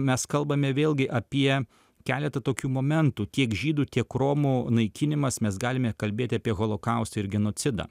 mes kalbame vėlgi apie keletą tokių momentų tiek žydų tiek romų naikinimas mes galime kalbėti apie holokaustą ir genocidą